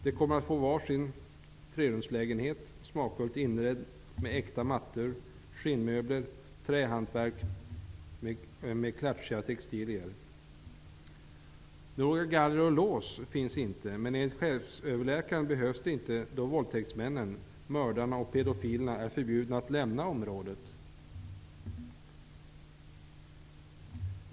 De får var sin trerumslägenhet som är smakfullt inredd med äkta mattor, skinnmöbler, trähantverk och klatschiga textilier. Galler eller lås finns inte. Enligt cheföverläkaren behövs inte sådant, då våldtäktsmännen, mördarna och pedofilerna är förbjudna att lämna området.